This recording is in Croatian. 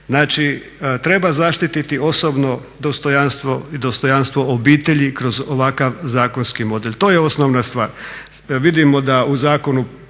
treba zaštiti osobno dostojanstvo i dostojanstvo obitelji kroz ovakav zakonski mode. To je osnovna stvar.